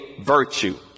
virtue